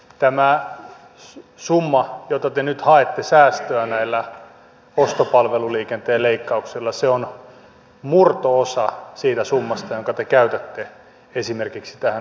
tämä summa säästö jota te nyt haette näillä ostopalveluliikenteen leikkauksilla on murto osa siitä summasta jonka te käytätte esimerkiksi tähän autoveroaleen